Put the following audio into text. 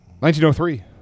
1903